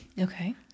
okay